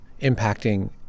impacting